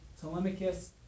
Telemachus